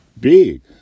big